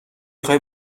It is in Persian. خوای